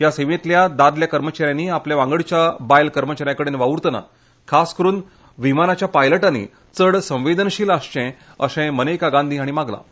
ह्या सेवेंतल्या दादल्या कर्मच्याऱ्यांनी आपल्या वांगडच्या बायल कर्मच्याऱ्यांकडेन वावुरतनां खास करून विमानाच्या पायलटांनी चड संवेदनशील आसचें अशें मनेका गांधी हांणी मागलां